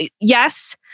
yes